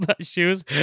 shoes